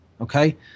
Okay